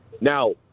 now